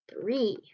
Three